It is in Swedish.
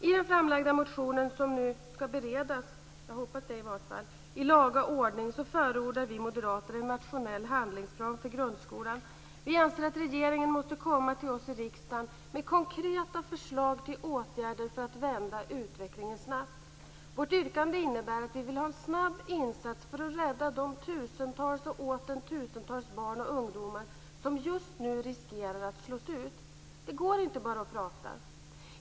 I den framlagda motion som nu ska beredas - jag hoppas i varje fall det - i laga ordning förordar vi moderater en nationell handlingsplan för grundskolan. Vi anser att regeringen måste komma till oss i riksdagen med konkreta förslag till åtgärder för att vända utvecklingen snabbt. Vårt yrkande innebär att vi vill ha en snabb insats för att rädda de tusentals och åter tusentals barn och ungdomar som just nu riskerar att slås ut. Det går inte att bara prata.